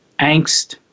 angst